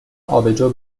آبجو